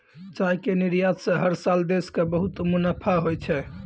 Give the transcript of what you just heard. चाय के निर्यात स हर साल देश कॅ बहुत मुनाफा होय छै